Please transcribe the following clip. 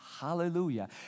Hallelujah